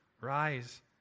Rise